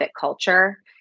culture